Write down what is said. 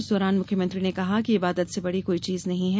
इस दौरान मुख्यमंत्री ने कहा कि इबादत से बड़ी कोई चीज नहीं है